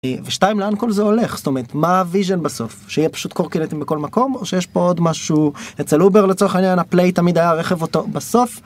ושתיים לאן כל זה הולך זאת אומרת מה הוויז'ן בסוף? שיהיה פשוט קורקינטחם בכל מקום? או שיש פה עוד משהו אצל אובר לצורך העניין הפליי תמיד הרכב אותו בסוף.